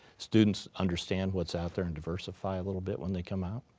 students understand what's out there and diversify a little bit when they come out.